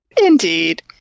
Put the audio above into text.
Indeed